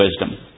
wisdom